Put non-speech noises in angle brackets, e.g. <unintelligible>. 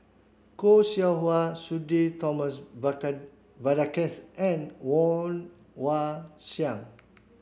Khoo Seow Hwa Sudhir Thomas <unintelligible> Vadaketh and Woon Wah Siang